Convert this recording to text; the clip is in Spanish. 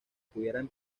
pudieran